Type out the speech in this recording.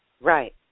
Right